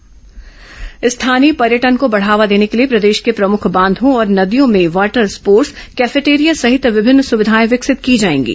पर्यटन बैठक स्थानीय पर्यटन को बढ़ावा देने के लिए प्रदेश के प्रमुख बांघों और नदियों में वाटर स्पोटर्स कैफेटेरिया सहित विभिन्न सुविधाए विकसित की जाएंगी